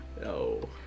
No